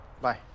Bye